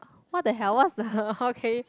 what the hell what's the okay